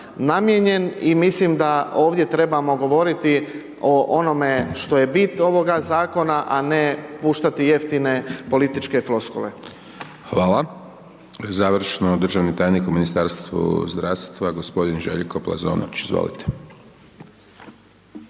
namijenjen i mislim da ovdje trebamo govoriti o onome što je bit ovoga zakona, a ne puštati jeftine političke floskule. **Hajdaš Dončić, Siniša (SDP)** Hvala. Završno, državni tajnik u Ministarstvu zdravstva, g. Željko Plazonić, izvolite.